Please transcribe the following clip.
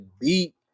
beat